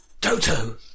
Toto